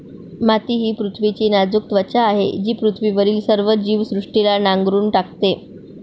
माती ही पृथ्वीची नाजूक त्वचा आहे जी पृथ्वीवरील सर्व जीवसृष्टीला नांगरून टाकते